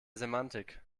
semantik